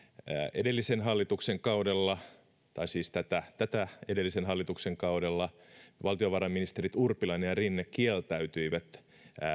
edellisen hallituksen kaudella tai siis tätä tätä edeltäneen hallituksen kaudella valtiovarainministerit urpilainen ja rinne kieltäytyivät